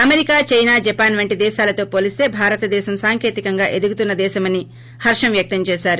America China Japan వంటి దేశాలతో పోలిస్త భారతదేశం సాంకేతికంగా ఎదుగుతున్న దేశమని హర్షం వ్యక్తం చేశారు